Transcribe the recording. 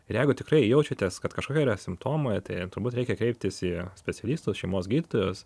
ir jeigu tikrai jaučiatės kad kažkokie yra simptomai tai turbūt reikia kreiptis į specialistus šeimos gydytojus